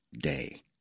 day